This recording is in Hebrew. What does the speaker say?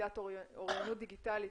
למידת אוריינות דיגיטלית